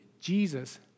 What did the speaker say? Jesus